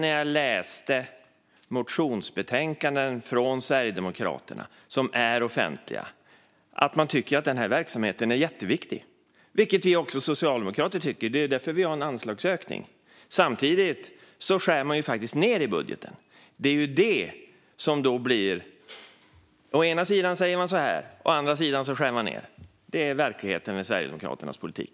När jag läste motionsbetänkanden från Sverigedemokraterna, som är offentliga, noterade jag att man tycker att den här verksamheten är jätteviktig. Det tycker även vi socialdemokrater; det är därför vi har en anslagsökning. Samtidigt skär man dock faktiskt ned i budgeten. Å ena sidan säger man en sak, å ena sidan skär man ned. Det är verkligheten med Sverigedemokraternas politik.